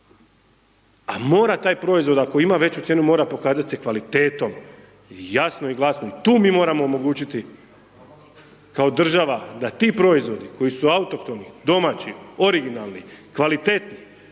A mora taj proizvod ako ima veću cijenu, mora pokazat se kvalitetom, jasno i glasno i tu mi moramo omogućiti kao država da ti proizvodi koji su autohtoni, domaći, originalni, kvalitetni